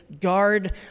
guard